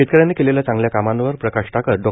शेतकऱ्यांनी केलेल्या चांगल्या कामावर प्रकाश टाकत डॉ